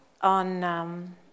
on